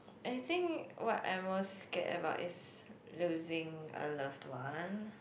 I think what I was scared about is losing a loved one